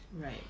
Right